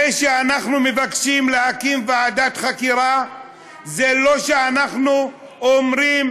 זה שאנחנו מבקשים להקים ועדת חקירה זה לא שאנחנו אומרים